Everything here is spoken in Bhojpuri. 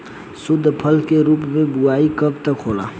शुद्धफसल के रूप में बुआई कब तक होला?